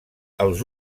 els